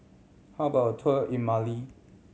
how about a tour in Mali